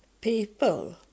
people